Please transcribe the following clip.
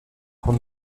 pour